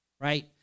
right